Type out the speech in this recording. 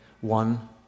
one